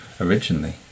originally